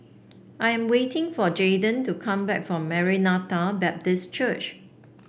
I am waiting for Jaydan to come back from Maranatha Baptist Church